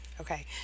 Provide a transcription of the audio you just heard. Okay